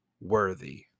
worthy